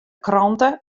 krante